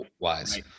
wise